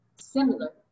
similar